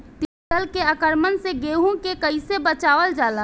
टिडी दल के आक्रमण से गेहूँ के कइसे बचावल जाला?